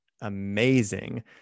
amazing